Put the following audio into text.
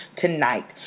tonight